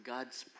God's